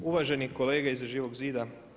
Uvaženi kolege iz Živog zida.